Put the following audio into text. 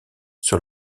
sur